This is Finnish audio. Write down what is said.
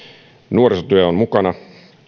nuorisotyö on mukana